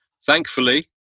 Thankfully